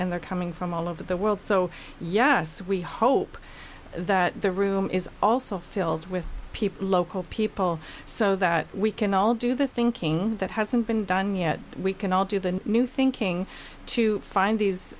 and they're coming from all over the world so yeah we hope that the room is also filled with people local people so that we can all do the thinking that hasn't been done yet we can all do the new thinking to find these